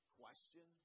question